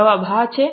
જવાબ હા છે